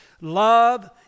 Love